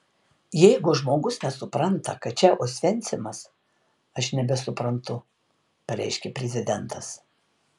jeigu žmogus nesupranta kad čia osvencimas aš nebesuprantu pareiškė prezidentas